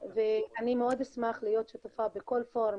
אני מאוד אשמח להיות שותפה בכל פורום,